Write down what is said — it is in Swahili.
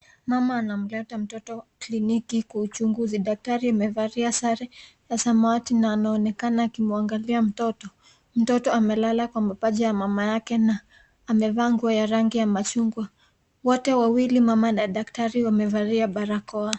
Mama anamleta mtoto kliniki kwa uchunguzi, daktari amevalia sare ya samawati na ameonekana akimwangalia mtoto. Mtoto amelala kwa mapaja ya mama yake na amevaa nguo ya rangi ya machungwa. Wote wawili mama na daktari wamevalia barakoa.